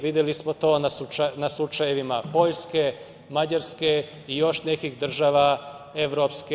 Videli smo to na slučajevima Poljske, Mađarske i još nekih država EU.